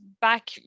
back